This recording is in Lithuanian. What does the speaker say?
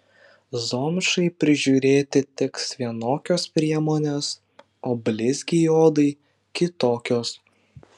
zomšai prižiūrėti tiks vienokios priemonės o blizgiai odai kitokios